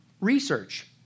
research